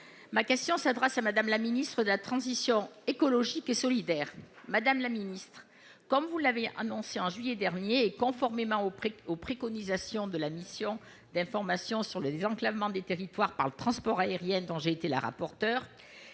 Ma question s'adresse à Mme la ministre de la transition écologique et solidaire. Madame la ministre, comme vous l'avez annoncé en juillet dernier et conformément aux préconisations de la mission d'information sur le désenclavement des territoires par le transport aérien, dont j'ai été la rapporteure,